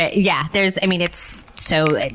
yeah, there's, i mean it's, so,